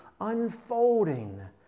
unfolding